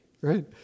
right